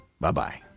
Bye-bye